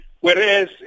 Whereas